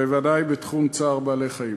בוודאי בתחום צער בעלי-חיים.